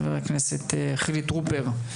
חבר הכנסת חילי טרופר.